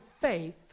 faith